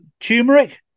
turmeric